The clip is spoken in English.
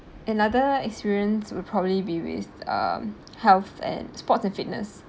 another experience will probably be with um health and sports and fitness